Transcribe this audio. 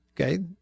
Okay